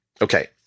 Okay